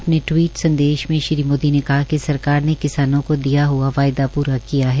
अपने टवीट संदेश में श्री मोदी ने कहा कि सरकार ने किसानों को दिया हुआ वायदा पूरा किया है